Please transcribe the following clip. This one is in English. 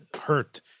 hurt